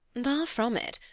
far from it,